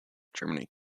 germany